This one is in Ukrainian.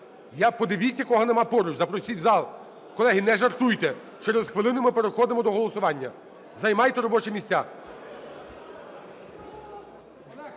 Подивіться, кого немає поруч, запросіть у зал. Колеги, не жартуйте! Через хвилину ми переходимо до голосування. Займайте робочі місця.